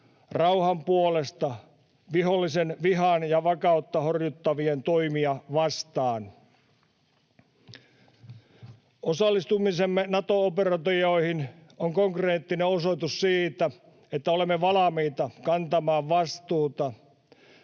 rauhan puolesta vihollisen vihaa ja vakautta horjuttavia toimia vastaan. Osallistumisemme Nato-operaatioihin on konkreettinen osoitus siitä, että olemme valmiita kantamaan vastuuta.